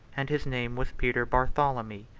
and his name was peter bartholemy.